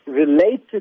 related